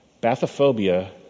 Bathophobia